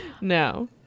No